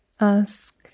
ask